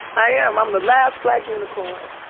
i am, i'm the last black unicorn,